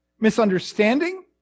misunderstanding